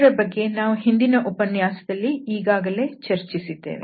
ಇದರ ಬಗ್ಗೆ ನಾವು ಹಿಂದಿನ ಉಪನ್ಯಾಸದಲ್ಲಿ ಈಗಾಗಲೇ ಚರ್ಚಿಸಿದ್ದೇವೆ